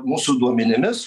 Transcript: mūsų duomenimis